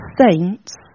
saints